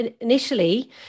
initially